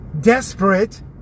desperate